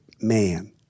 man